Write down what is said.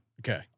Okay